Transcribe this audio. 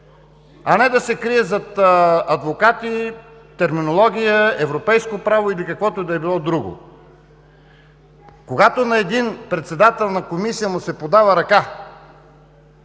а не да се крие зад адвокати, терминология, европейско право или каквото и да било друго. Когато на един председател на комисия му се подава ръка,